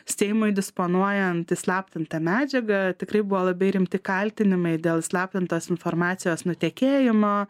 seimui disponuojant įslaptinta medžiaga tikrai buvo labai rimti kaltinimai dėl įslaptintos informacijos nutekėjimo